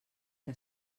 que